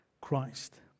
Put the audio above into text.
Christ